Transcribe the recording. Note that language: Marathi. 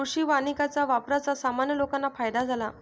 कृषी वानिकाच्या वापराचा सामान्य लोकांना फायदा झाला